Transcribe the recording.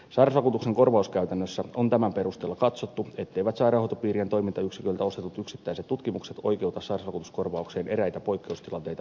sairausvakuutuksen korvauskäytännössä on tämän perusteella katsottu etteivät sairaanhoitopiirien toimintayksiköiltä ostetut yksittäiset tutkimukset oikeuta sairausvakuutuskorvaukseen eräitä poikkeustilanteita lukuun ottamatta